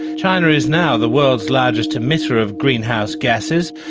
and china is now the world's largest emitter of greenhouse gases.